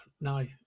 No